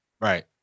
Right